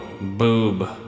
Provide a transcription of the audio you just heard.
Boob